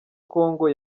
congo